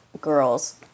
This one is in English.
girls